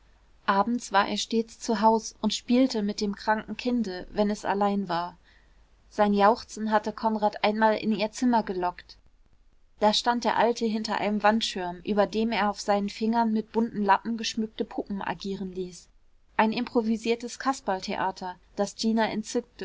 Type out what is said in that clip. abends war er stets zu haus und spielte mit dem kranken kinde wenn es allein war sein jauchzen hatte konrad einmal in ihr zimmer gelockt da stand der alte hinter einem wandschirm über dem er auf seinen fingern mit bunten lappen geschmückte puppen agieren ließ ein improvisiertes kasperltheater das gina